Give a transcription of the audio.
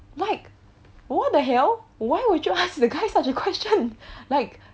like what the hell why would you ask the guy such a question like